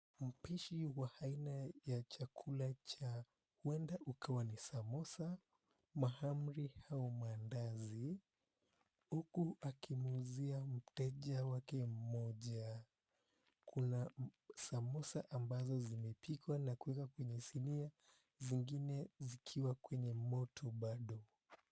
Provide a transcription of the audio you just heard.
Mpishi wa aina ya chakula cha, huenda ikawa ni samosa, mahamri au maandazi. Huku akimuuzia mteja wake mmoja. Kuna samosa ambazo zimepikwa na kuwekwa kwenye sinia, zingine zikiwa kwenye moto bado.